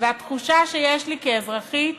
והתחושה שיש לי כאזרחית